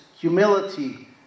humility